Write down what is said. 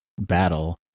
battle